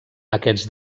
aquests